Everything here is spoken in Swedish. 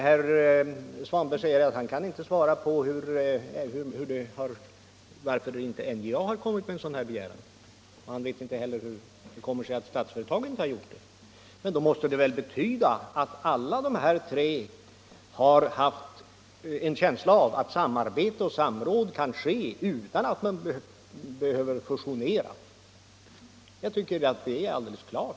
Herr Svanberg säger att han inte kan svara på varför NJA inte har kommit med en sådan här begäran. Han vet inte heller varför Statsföretag inte har gjort det. Då måste det väl betyda att alla de här tre har haft en känsla av att samarbete och samråd kan ske utan att man behöver fusionera. Jag tycker att detta är alldeles uppenbart.